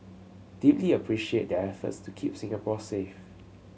deeply appreciate their efforts to keep Singapore safe